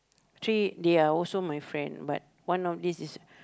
three they are also my friend but one of this is